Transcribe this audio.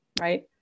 right